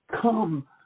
come